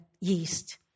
yeast